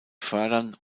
fördern